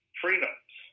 freedoms